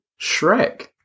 Shrek